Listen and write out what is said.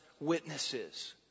witnesses